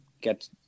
get